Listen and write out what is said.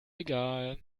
egal